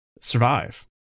survive